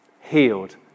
healed